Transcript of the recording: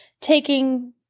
taking